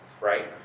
Right